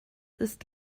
ist